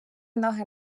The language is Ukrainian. ноги